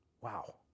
Wow